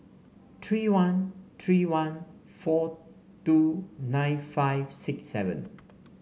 three one three one four two nine five six seven